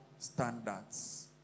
Standards